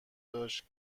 داشت